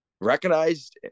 recognized